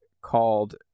called